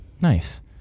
Nice